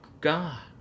God